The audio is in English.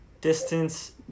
distance